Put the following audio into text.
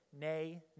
nay